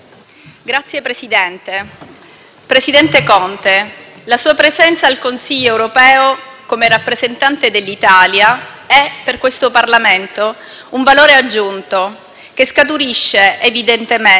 come rappresentante dell'Italia è per questo Parlamento un valore aggiunto, che scaturisce evidentemente dalla sua personale credibilità, fermezza, nonché lungimiranza ed equilibrio,